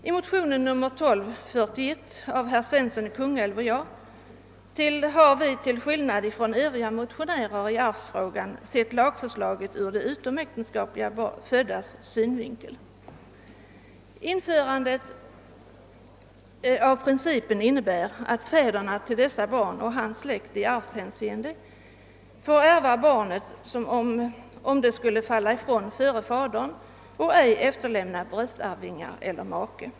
I motion II: 1241 har herr Svensson i Kungälv och jag till skillnad från övriga motionärer i arvsfrågan sett lagförslaget ur de utomäktenskapligt föddas synvinkel. Ett införande av denna princip innebär att fadern till sådant barn och hans släkt i arvshänseende får ärva barnet, om det skulle falla ifrån före fadern och ej efterlämna bröstarvingar eller make.